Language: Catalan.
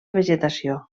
vegetació